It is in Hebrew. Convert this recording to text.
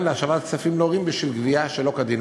להשיב כספים להורים בשל גבייה שלא כדין.